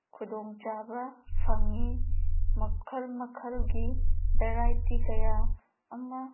ꯈꯨꯗꯣꯡꯆꯥꯕ ꯐꯪꯏ ꯃꯈꯜ ꯃꯈꯜꯒꯤ ꯕꯦꯔꯥꯏꯇꯤ ꯀꯌꯥ ꯑꯃ